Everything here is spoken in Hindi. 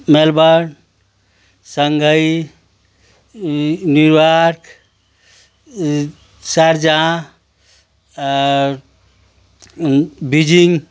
मेलबर्न संघई इ न्यूआर्क इ सारजाह और बीजिंग